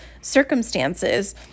circumstances